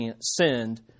sinned